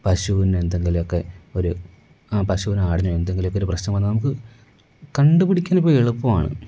പശുവിന് എന്തെങ്കിലും ഒക്കെ ഒരു ആ പശുവിനോ ആടിനോ എന്തെങ്കിലും ഒക്കെ ഒരു പ്രശ്നം വന്നാൽ നമുക്ക് കണ്ടുപിടിക്കാൻ ഇപ്പോൾ എളുപ്പമാണ്